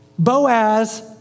Boaz